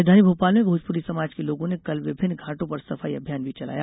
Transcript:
राजधानी भोपाल में भोजपुरी समाज के लोगों ने कल विभिन्न घाटों पर सफाई अभियान भी चलाया